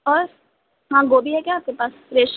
اور ہاں گوبھی ہے کیا آپ کے پاس فریش